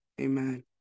Amen